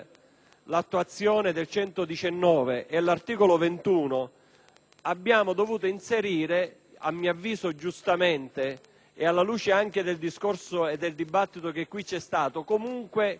abbiamo dovuto inserire, a mio avviso giustamente e alla luce anche del dibattito che qui si è svolto, la necessità di una perequazione infrastrutturale.